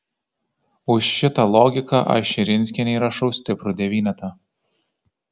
už šitą logiką aš širinskienei rašau stiprų devynetą